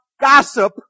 gossip